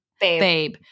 babe